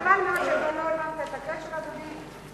חבל מאוד שלא הבנת את הקשר, אדוני.